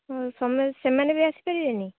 ହଁ ସେମାନେ ବି ଆସିପାରିବେନି